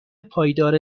پایدار